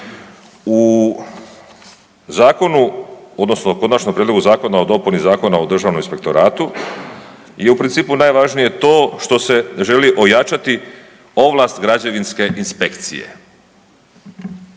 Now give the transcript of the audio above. U zakonu odnosno u konačnom prijedlogu zakona o dopuni Zakona o državnom inspektoratu je u principu najvažnije to što se želi ojačati ovlast građevinske inspekcije.